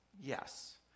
yes